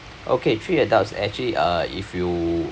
okay three adults actually uh if you